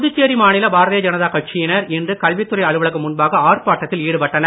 புதுச்சேரி மாநில பாரதிய ஜனதா கட்சியினர் இன்று கல்வித்துறை அலுவலகம் முன்பாக ஆர்ப்பாட்டத்தில் ஈடுபட்டனர்